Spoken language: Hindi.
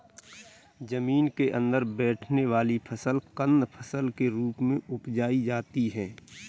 जमीन के अंदर बैठने वाली फसल कंद फसल के रूप में उपजायी जाती है